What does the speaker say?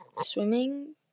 swimming